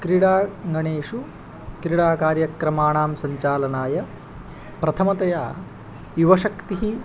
क्रीडाङ्गणेषु क्रीडाकार्यक्रमाणां सञ्चालनाय प्रथमतया युवशक्तिः